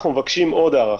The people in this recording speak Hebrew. אנחנו מבקשים עוד הארכה,